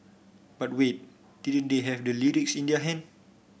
but wait didn't they have the lyrics in their hand